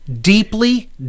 deeply